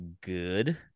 good